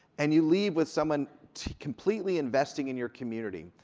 and you leave with someone completely investing in your community,